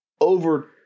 over